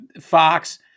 Fox